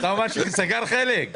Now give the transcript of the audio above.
אתה אומר שסגר חלק.